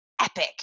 epic